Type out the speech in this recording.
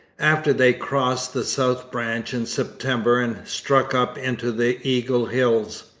after they crossed the south branch in september and struck up into the eagle hills.